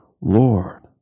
Lord